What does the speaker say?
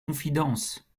confidences